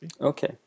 Okay